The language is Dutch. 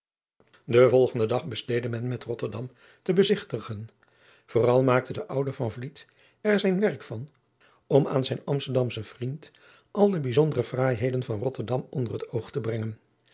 den volgenden dag besteedde men met rotterdam te bezigtigen vooral maakte de oude van vliet adriaan loosjes pzn het leven van maurits lijnslager er zijn werk van om aan zijn amsterdamschen vriend al de bijzondere fraaiheden van rotterdam onder het oog te brengen